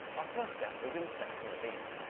our first step was in selecting a beam.